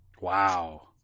Wow